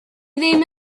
ddim